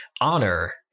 Honor